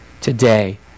today